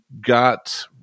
got